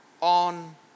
on